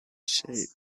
shape